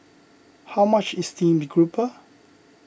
how much is Steamed Garoupa